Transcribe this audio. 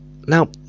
Now